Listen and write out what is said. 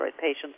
patients